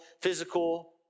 physical